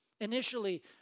initially